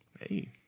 Hey